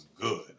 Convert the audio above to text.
good